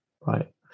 Right